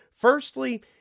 Firstly